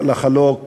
לחלוק